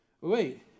Wait